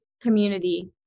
community